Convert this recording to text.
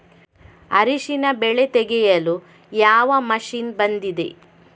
ಅರಿಶಿನ ಬೆಳೆ ತೆಗೆಯಲು ಯಾವ ಮಷೀನ್ ಬಂದಿದೆ?